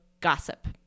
GOSSIP